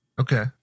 Okay